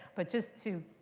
but just to